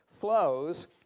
flows